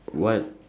what